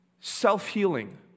self-healing